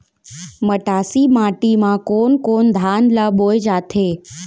मटासी माटी मा कोन कोन धान ला बोये जाथे?